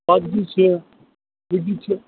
گۄگجہِ چھِ مُجہِ چھِ